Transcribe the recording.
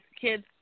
kids